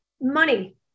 Money